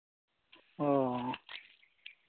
ᱚᱻ